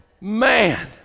Man